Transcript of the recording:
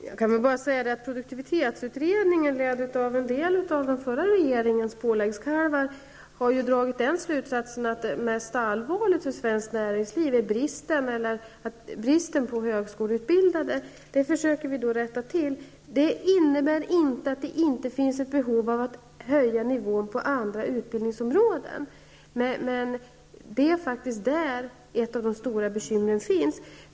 Herr talman! Jag kan bara säga att produktivitetsutredningen, ledd av en del av den förra regeringens påläggskalvar, har dragit den slutsatsen att det mest allvarliga för svenskt näringsliv är bristen på grundskoleutbildade. Detta försöker vi rätta till. Det innebär inte att det inte finns ett behov av att höja nivån på andra utbildningsområden, men det är faktiskt där som ett av de stora bekymren finns.